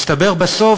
מסתבר בסוף,